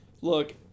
Look